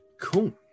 cool